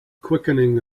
quickening